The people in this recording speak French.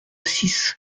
six